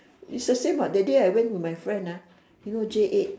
it's the same what that day I went with my friend ah you know j-eight